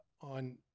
on